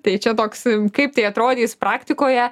tai čia toks kaip tai atrodys praktikoje